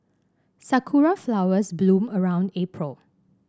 Sakura flowers bloom around April